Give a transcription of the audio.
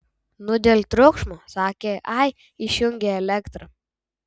nu dėl triukšmo sakė ai išjungė elektrą